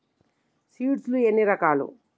Seed లు ఎన్ని రకాలు?